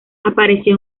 apareció